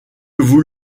vous